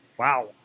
Wow